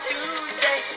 Tuesday